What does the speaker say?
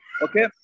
okay